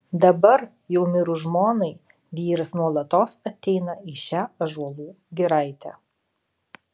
dabar jau mirus žmonai vyras nuolatos ateina į šią ąžuolų giraitę